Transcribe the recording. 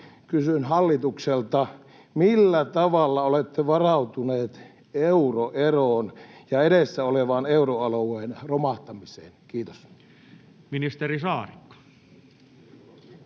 kysyn hallitukselta: millä tavalla olette varautuneet euroeroon ja edessä olevaan euroalueen romahtamiseen? — Kiitos. Ministeri Saarikko.